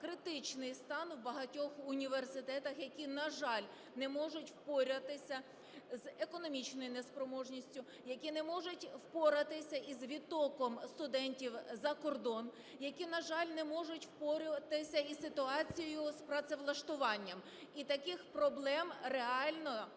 критичний стан в багатьох університетах, які, на жаль, не можуть впоратися з економічною неспроможністю, які не можуть впоратися з відтоком студентів закордон, які, на жаль, не можуть впоратися із ситуацією з працевлаштуванням. І таких проблем реально